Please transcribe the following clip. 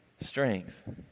strength